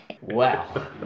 Wow